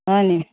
হয়নি